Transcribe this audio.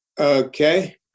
okay